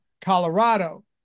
Colorado